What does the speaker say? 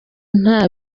nta